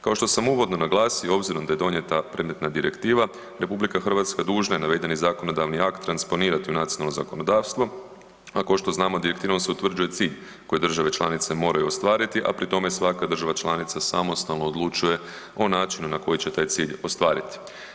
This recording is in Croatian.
Kao što sam uvodno naglasio obzirom da je donijeta predmetna direktiva, RH dužna je navedeni zakonodavni akt transponirati u nacionalno zakonodavstvo a kao što znamo, direktivom se utvrđuje cilj koje države članice moraju ostvariti a pri tome svaka država članica samostalno odlučuje o načinu na koji će taj cilj ostvariti.